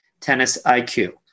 tennisiq